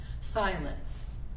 Silence